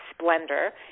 Splendor